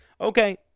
Okay